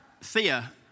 Thea